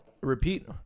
repeat